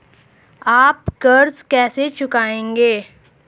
आप कर्ज कैसे चुकाएंगे?